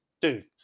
Dude